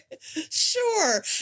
sure